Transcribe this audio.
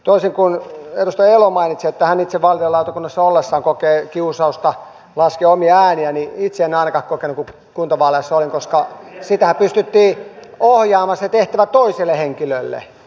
toisin kuin edustaja elo mainitsi että hän itse vaalilautakunnassa ollessaan kokee kiusausta laskea omia ääniä niin itse en ainakaan kokenut kun kuntavaaleissa olin koska siitähän pystyttiin ohjaamaan se tehtävä toiselle henkilölle